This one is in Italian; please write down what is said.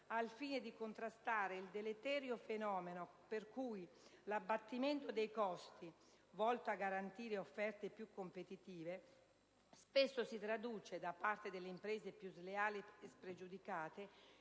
al fine di contrastare il deleterio fenomeno per cui l'abbattimento dei costi volto a garantire offerte più competitive si traduce spesso, da parte delle imprese più sleali e spregiudicate,